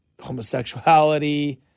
homosexuality